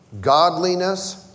godliness